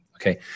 okay